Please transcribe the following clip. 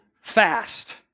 fast